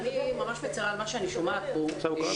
אני ממש מצרה על מה שאני שומעת פה מנציג